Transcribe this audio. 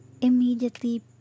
immediately